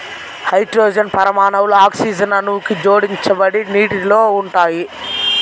hydrogen పరమాణువులు oxygen అణువుకు జోడించబడి నీటిలో ఉంటాయి